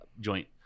joint